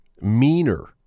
meaner